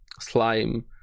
slime